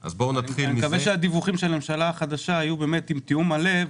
אני מקווה שהדיווחים של הממשלה החדשה יהיו עם תיאום מלא,